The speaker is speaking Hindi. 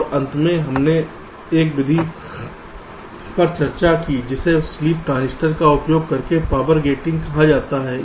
और अंत में हमने एक विधि पर चर्चा की जिसे स्लीप ट्रांजिस्टर का उपयोग करके पावर गेटिंग कहा जाता है